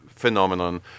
phenomenon